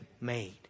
made